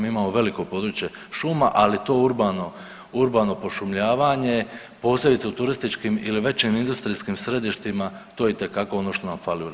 Mi imamo veliko područje šuma, ali to urbano, urbano pošumljavanje, posebice u turističkim ili većim industrijskim središtima to je itekako ono što nam fali u RH.